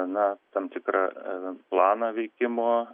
gana tam tikrą planą veikimo